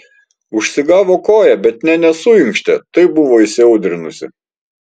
užsigavo koją bet nė nesuinkštė taip buvo įsiaudrinusi